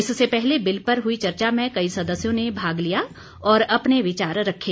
इससे पहले बिल पर हुई चर्चा में कई सदस्यों ने भाग लिया और अपने विचार रखे